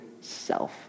self